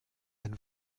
ein